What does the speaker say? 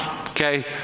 okay